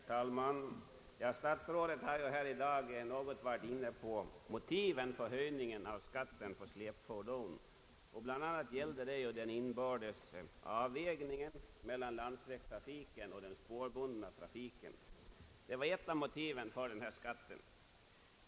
Herr talman! Statsrådet Sträng har här i dag i någon mån berört motivet för höjningen av skatten på släpfordon. Bl. a. gällde det den inbördes avvägningen mellan landsvägstrafiken och den spårbundna trafiken. Det var ett av motiven för denna skatt.